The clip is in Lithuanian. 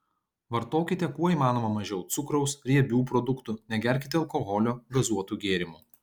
vartokite kuo įmanoma mažiau cukraus riebių produktų negerkite alkoholio gazuotų gėrimų